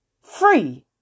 free